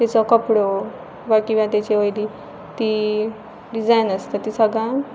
तेचो कपडो वा किंवा तेज वयली ती डिझायन आसता ती सगळ्यां